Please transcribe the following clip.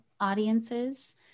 audiences